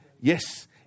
Yes